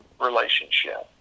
relationship